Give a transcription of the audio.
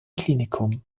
klinikum